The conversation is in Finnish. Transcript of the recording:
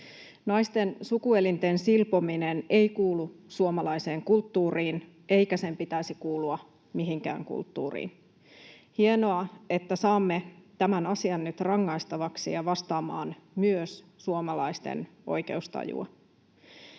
Naisten sukuelinten silpominen ei kuulu suomalaiseen kulttuuriin, eikä sen pitäisi kuulua mihinkään kulttuuriin. Hienoa, että saamme tämän asian nyt rangaistavaksi ja vastaamaan myös suomalaisten oikeustajua.